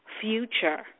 future